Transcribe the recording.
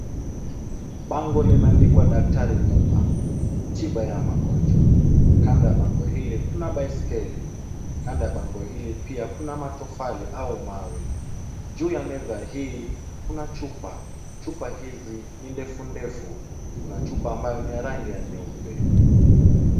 Bango limeandikwa daktari Muba, tiba ya magonjwa. Kando ya bango hili Kuna baiskeli, kando ya bango hili .Kuna matofali au mawe. Juu ya meza hii Kuna chupa, chupa hizi ni ndefu bdefu. Kuna chupa ambayo ni ya rangi ya nyeupe.